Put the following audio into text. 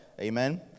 Amen